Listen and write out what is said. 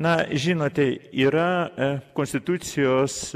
na žinote yra konstitucijos